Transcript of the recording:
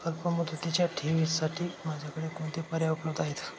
अल्पमुदतीच्या ठेवींसाठी माझ्याकडे कोणते पर्याय उपलब्ध आहेत?